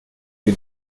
più